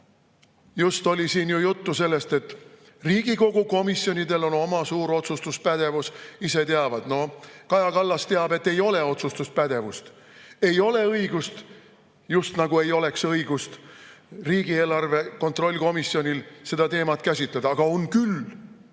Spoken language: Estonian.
Just oli siin juttu sellest, et Riigikogu komisjonidel on oma suur otsustuspädevus, ise teavad. No Kaja Kallas teab, et ei ole otsustuspädevust, ei ole õigust. Just nagu ei oleks õigust riigieelarve kontrolli komisjonil seda teemat käsitleda, aga on küll.